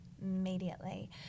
Immediately